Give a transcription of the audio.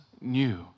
new